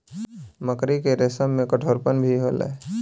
मकड़ी के रेसम में कठोरपन भी होला